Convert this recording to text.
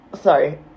sorry